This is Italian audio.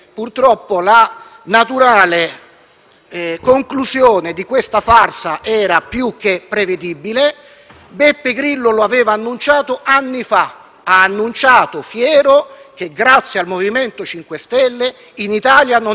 conclusione di una farsa era più che prevedibile. Beppe Grillo lo aveva annunciato anni fa, dicendo fieramente che grazie al MoVimento 5 Stelle in Italia non era cresciuta la destra.